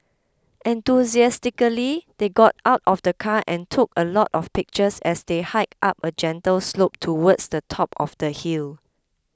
enthusiastically they got out of the car and took a lot of pictures as they hiked up a gentle slope towards the top of the hill